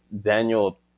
Daniel